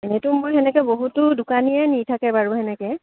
এনেটো মোৰ সেনেকে বহুতো দোকানীয়ে নি থাকে বাৰু সেনেকে